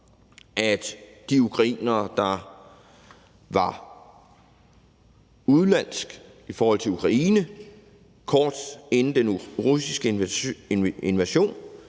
at de ukrainere, der var udenlands i forhold til Ukraine kort inden den russiske invasion,